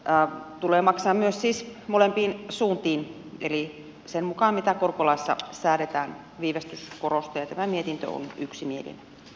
viivästyskorkoa tulee maksaa siis molempiin suuntiin eli sen mukaan mitä korkolaissa säädetään viivästyskorostaytyvä mietintö on yksi mieli